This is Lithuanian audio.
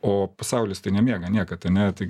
o pasaulis tai nemiega niekad ane tai